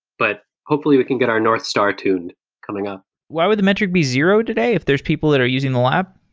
but hopefully, we can get our north star tuned coming up why would the metric be zero today, if there's people that are using the lab?